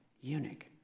eunuch